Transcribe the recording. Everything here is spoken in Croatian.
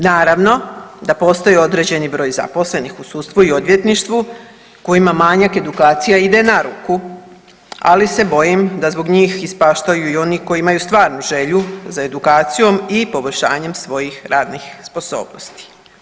Naravno, da postoji određeni broj zaposlenih u sudstvu i odvjetništvu kojima manjak edukacije ide na ruku, ali se bojim da zbog njih ispaštaju i oni koji imaju stvarnu želju za edukacijom i poboljšanjem svojih radnih sposobnosti.